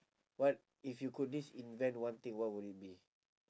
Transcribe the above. what if you could disinvent one thing what would it be